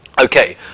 Okay